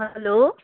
hello